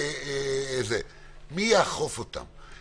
מי יאכוף אותם?